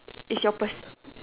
is your pers